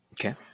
Okay